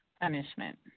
punishment